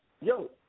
Yo